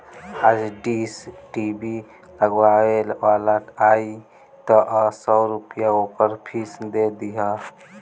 आज dish TV लगावे वाला आई तअ सौ रूपया ओकर फ़ीस दे दिहा